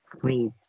Please